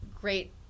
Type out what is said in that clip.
great